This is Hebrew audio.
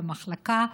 במחלקה,